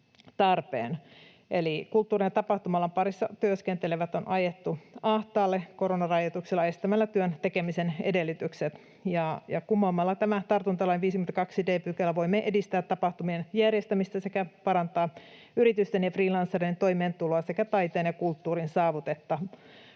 kulttuuri- ja tapahtuma-alan parissa työskentelevät on ajettu ahtaalle koronarajoituksilla estämällä työn tekemisen edellytykset, ja kumoamalla tämän tartuntalain 58 d §:n voimme edistää tapahtumien järjestämistä sekä parantaa yritysten ja freelancereiden toimeentuloa sekä taiteen ja kulttuurin saavutettavuutta.